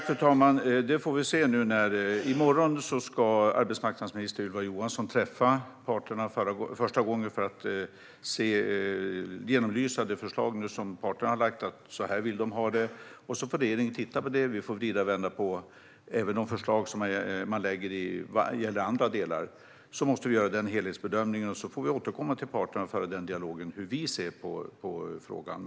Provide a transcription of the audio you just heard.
Fru talman! I morgon ska arbetsmarknadsminister Ylva Johansson träffa parterna för första gången för att genomlysa det förslag som parterna har lagt fram om hur de vill ha det. Sedan får regeringen titta på det och vrida och vända på det och även de förslag som man lägger fram vad gäller andra delar, och så får vi göra en helhetsbedömning och återkomma till parterna i en dialog om hur vi ser på frågan.